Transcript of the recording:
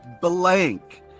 blank